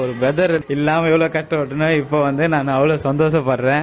ஒரு பிரதர் இல்லாம எவ்ளோ கஷ்டப்பட்டேனோ இப்ப வந்து நான் அவ்வளவு சந்தோஷப்படுறேன்